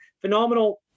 phenomenal